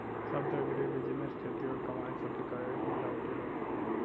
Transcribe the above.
शब्द एग्रीबिजनेस खेती और कमाई शब्द क एक मिलावटी रूप होला